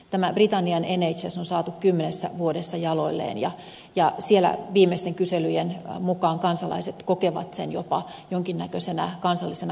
tämä britannian nh on saatu kymmenessä vuodessa jaloilleen ja siellä viimeisten kyselyjen mukaan kansalaiset kokevat sen jopa jonkinnäköisenä kansallisena ylpeyden aiheena